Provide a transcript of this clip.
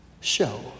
show